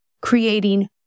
creating